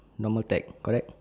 normal tech correct